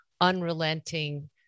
unrelenting